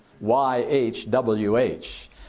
Y-H-W-H